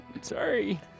Sorry